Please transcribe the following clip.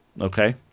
okay